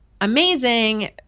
amazing